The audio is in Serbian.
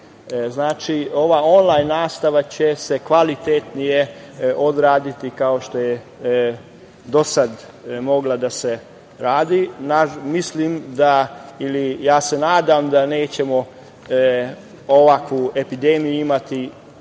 Znači ova „onlajn“ nastava će se kvalitetnije odraditi, kao što je do sada mogla da se radi. Nadam da nećemo ovakvu epidemiju imati